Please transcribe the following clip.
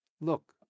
Look